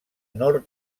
nord